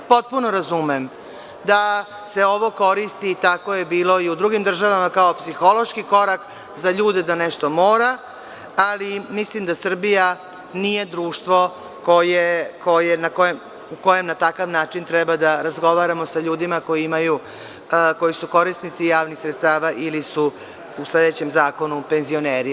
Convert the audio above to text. Potpuno razumem da se ovo koristi, tako je bilo i u drugim državama, kao psihološki korak za ljude, da nešto mora, ali, mislim da Srbija nije društvo u kojem na takav način treba da razgovaramo sa ljudima koji su korisnici javnih sredstava ili su u sledećem zakonu penzioneri.